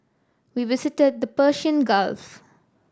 we visited the Persian Gulf